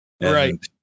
right